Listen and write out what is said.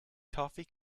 toffee